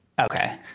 Okay